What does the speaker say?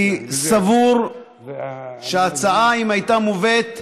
אני סבור שאם ההצעה הייתה מובאת,